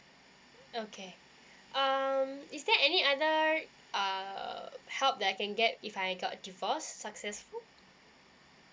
okay um is there any other err help that I can get if I got divorced successful